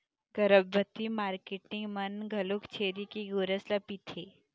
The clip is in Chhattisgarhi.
गरभबती मारकेटिंग मन घलोक छेरी के गोरस ल पिथें